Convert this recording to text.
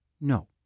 No